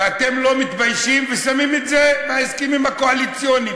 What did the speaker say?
ואתם לא מתביישים ושמים את זה בהסכמים הקואליציוניים,